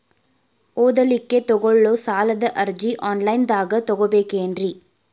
ಓದಲಿಕ್ಕೆ ತಗೊಳ್ಳೋ ಸಾಲದ ಅರ್ಜಿ ಆನ್ಲೈನ್ದಾಗ ತಗೊಬೇಕೇನ್ರಿ?